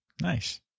Nice